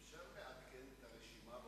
אפשר לעדכן את הרשימה?